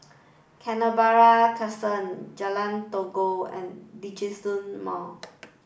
Canberra Crescent Jalan Todak and Djitsun Mall